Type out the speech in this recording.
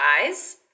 eyes